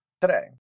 today